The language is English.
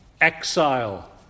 exile